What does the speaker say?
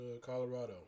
Colorado